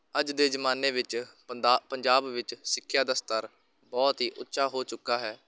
ਅੱਜ ਦੇ ਜ਼ਮਾਨੇ ਵਿੱਚ ਪੰਦਾ ਪੰਜਾਬ ਵਿੱਚ ਸਿੱਖਿਆ ਦਾ ਸਤਰ ਬਹੁਤ ਹੀ ਉੱਚਾ ਹੋ ਚੁੱਕਾ ਹੈ